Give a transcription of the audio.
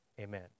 amen